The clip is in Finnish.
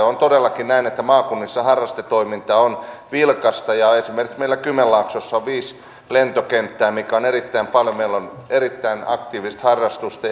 on todellakin näin että maakunnissa harrastetoiminta on vilkasta ja esimerkiksi meillä kymenlaaksossa on viisi lentokenttää mikä on erittäin paljon meillä on erittäin aktiivista harrastusta